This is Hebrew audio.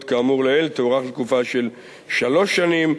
כאמור לעיל תוארך לתקופה של שלוש שנים,